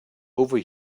over